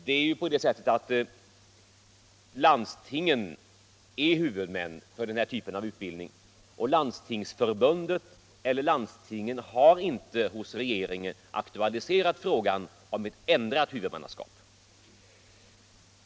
Det är ju på det sättet att landstingen är huvudmän för denna typ av utbildning, och Landstingsförbundet eller landstingen har inte hos regeringen aktualiserat frågan om ändrat huvudmannaskap.